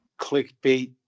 clickbait